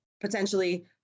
potentially